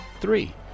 three